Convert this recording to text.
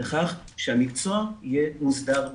לכך שהמקצוע יהיה מוסדר בחקיקה.